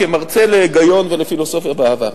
כמרצה להיגיון ופילוסופיה בעבר: